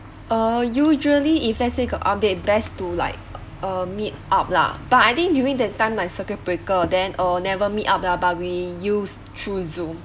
uh usually if let's say got update best to like uh meet up lah but I think during that time I circuit breaker then uh never meet up lah there but we use through zoom